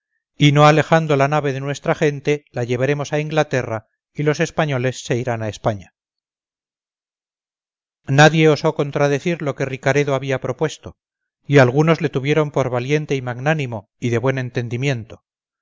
y no alejando la nave de nuestra gente la llevaremos a inglaterra y los españoles se irán a españa nadie osó contradecir lo que ricaredo había propuesto y algunos le tuvieron por valiente y magnánimo y de buen entendimiento